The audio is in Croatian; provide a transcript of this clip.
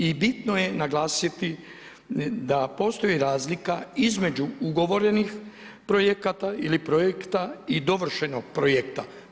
I bitno je naglasiti da postoji razlika između ugovorenih projekata ili projekta i dovršenog projekta.